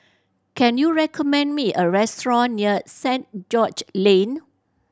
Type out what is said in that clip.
can you recommend me a restaurant near Saint George Lane